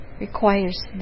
requires